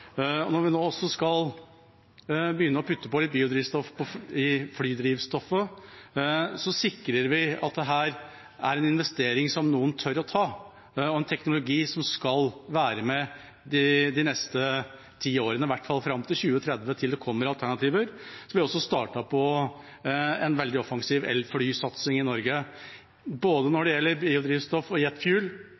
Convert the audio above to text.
Når vi nå også skal begynne å putte biodrivstoff i flydrivstoffet, sikrer vi at dette er en investering som noen tør å ta, og en teknologi som skal være med de neste tiårene, i hvert fall fram til 2030, til det kommer alternativer. Vi har også startet på en veldig offensiv elflysatsing i Norge. Både når det gjelder biodrivstoff, jetfuel, og